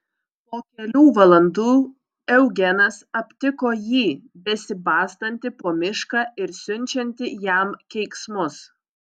po kelių valandų eugenas aptiko jį besibastantį po mišką ir siunčiantį jam keiksmus